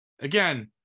again